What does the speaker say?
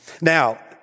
Now